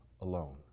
alone